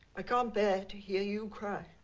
i can't bear to hear you cry.